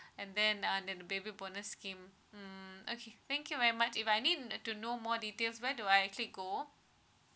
and then uh the baby bonus scheme hmm okay thank you very much if I need to know more details where do I actually go